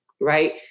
right